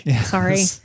sorry